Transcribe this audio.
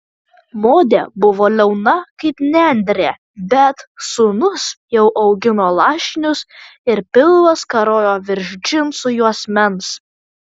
modė buvo liauna kaip nendrė bet sūnus jau augino lašinius ir pilvas karojo virš džinsų juosmens